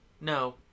No